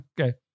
Okay